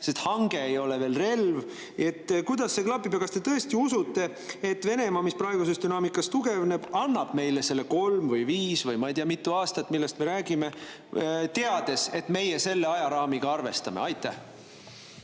Hange ei ole veel relv. Kuidas see klapib? Kas te tõesti usute, et Venemaa, mis praeguses dünaamikas tugevneb, annab meile need kolm või viis või ei tea mitu aastat, millest me räägime, kusjuures ta teab, et meie selle ajaraamiga arvestame? Aga